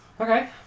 okay